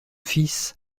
fils